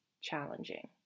challenging